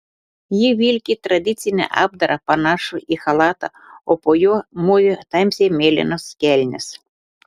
ji vilki tradicinį apdarą panašų į chalatą o po juo mūvi tamsiai mėlynas kelnes